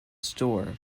store